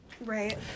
Right